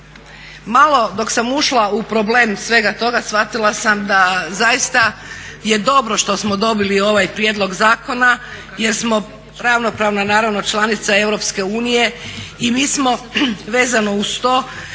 malo dok sam ušla u problem svega toga shvatila sam da zaista je dobro što smo dobili ovaj prijedlog zakona jer smo ravnopravno naravno članica EU i mi smo vezano uz to